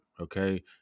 okay